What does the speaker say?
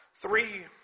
Three